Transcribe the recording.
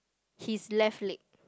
his left leg